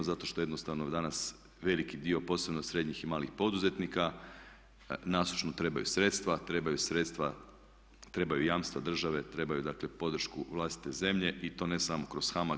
Zato što jednostavno danas veliki dio posebno srednjih i malih poduzetnika nasušno trebaju sredstva, trebaju sredstva, trebaju jamstva države, trebaju dakle podršku vlastite zemlje i to ne samo kroz HAMAG.